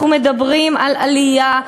אנחנו מדברים על עלייה,